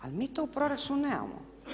Ali mi to u proračunu nemamo.